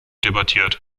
debattiert